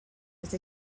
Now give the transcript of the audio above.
was